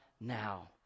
now